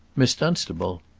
miss dunstable